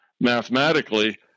mathematically